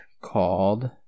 called